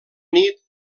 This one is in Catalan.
nit